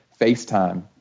FaceTime